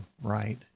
right